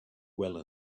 well